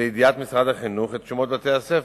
לידיעת משרד החינוך את שמות בתי-הספר.